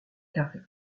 carré